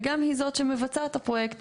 וגם היא זאת שמבצעת את הפרויקט.